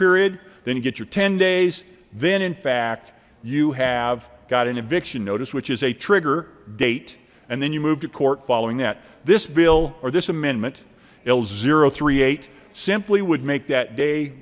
period then you get your ten days then in fact you have got an eviction notice which is a trigger date and then you move to court following that this bill or this amendment l three eight simply would make that day